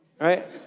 Right